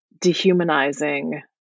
dehumanizing